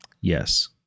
yes